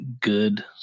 good